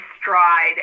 stride